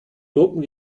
truppen